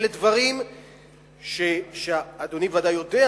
אלה דברים שאדוני ודאי יודע,